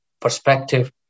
perspective